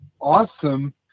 awesome